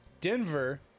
Denver